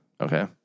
Okay